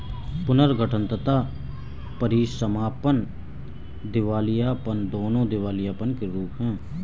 पुनर्गठन तथा परीसमापन दिवालियापन, दोनों दिवालियापन के रूप हैं